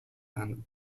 and